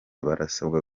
barasabwa